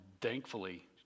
thankfully